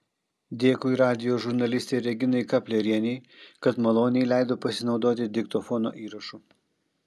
dėkui radijo žurnalistei reginai kaplerienei kad maloniai leido pasinaudoti diktofono įrašu